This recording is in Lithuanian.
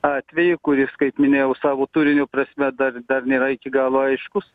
atvejį kuris kaip minėjau savo turinio prasme dar dar nėra iki galo aiškus